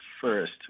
first